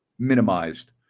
minimized